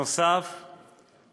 נוסף על כך,